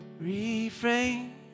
refrain